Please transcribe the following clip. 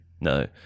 no